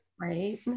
Right